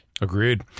Agreed